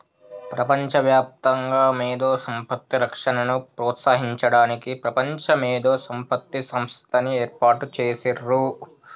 ప్రపంచవ్యాప్తంగా మేధో సంపత్తి రక్షణను ప్రోత్సహించడానికి ప్రపంచ మేధో సంపత్తి సంస్థని ఏర్పాటు చేసిర్రు